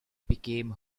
became